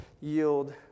yield